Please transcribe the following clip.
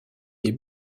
des